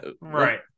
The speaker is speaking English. right